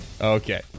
Okay